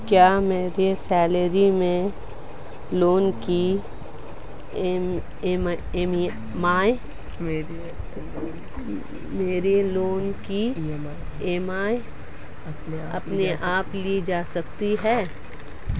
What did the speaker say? क्या मेरी सैलरी से मेरे लोंन की ई.एम.आई अपने आप ली जा सकती है?